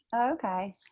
Okay